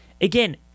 again